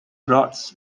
brought